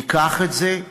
ניקח את זה,